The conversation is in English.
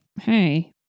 Hey